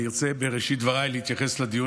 אני ארצה בראשית דבריי להתייחס לדיון